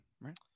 right